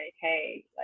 hey